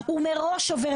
אני מבקשת